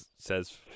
says